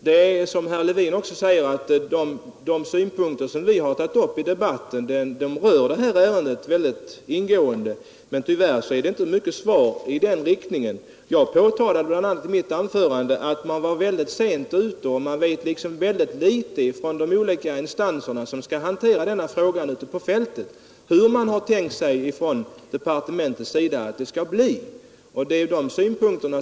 Det är — som också herr Levin säger — så, att de synpunkter som vi har tagit upp i debatten rör det här ärendet mycket ingående, men tyvärr finns det inte mycket svar i det avseendet. Jag påtalade i mitt anförande bl.a. att man var mycket sent ute och att de olika instanser som skall hantera denna fråga ute på fältet vet synnerligen litet om hur man från departementets sida har tänkt sig att det skall bli.